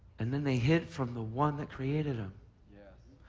and then they hid from the one that created um yeah